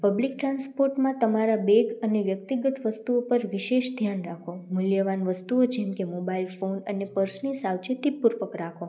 public ટ્રાન્સપોર્ટમાં તમારા bag અને વ્યક્તિગત વસ્તુઓ ઉપર વિશેષ ધ્યાન રાખો મૂલ્યવાન વસ્તુઓ જેમ કે મોબાઇલ ફોન અને પર્સને સાવચેતી પૂર્વક રાખો